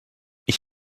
ich